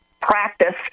practice